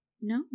no